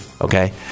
Okay